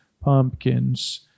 pumpkins